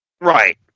Right